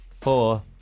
Four